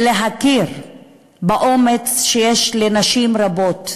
ולהכיר באומץ שיש לנשים רבות,